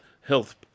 health